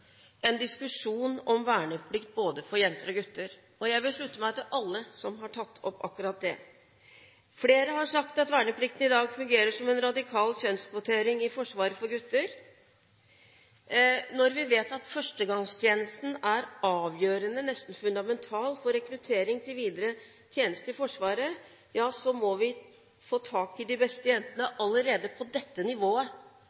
en diskusjon om verneplikt for både jenter og gutter. Jeg vil slutte meg til alle som har tatt opp akkurat det. Flere har sagt at verneplikten i dag fungerer som en radikal kjønnskvotering for gutter i Forsvaret. Når vi vet at førstegangstjenesten er avgjørende – nesten fundamental – for rekruttering til videre tjeneste i Forsvaret, ja, så må vi få tak i de beste